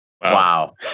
Wow